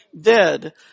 dead